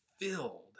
filled